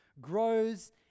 grows